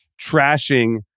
trashing